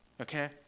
Okay